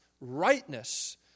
rightness